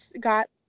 got